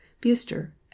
Buster